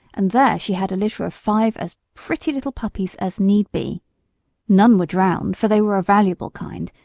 and there she had a litter of five as pretty little puppies as need be none were drowned, for they were a valuable kind,